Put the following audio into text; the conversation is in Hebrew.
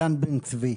דן בן צבי.